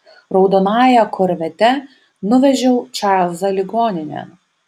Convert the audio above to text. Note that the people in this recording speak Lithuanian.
raudonąja korvete nuvežiau čarlzą ligoninėn